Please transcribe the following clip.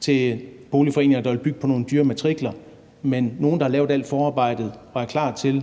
til boligforeninger, der vil bygge på nogle dyre matrikler, men at nogle, der har lavet alt forarbejdet og er klar til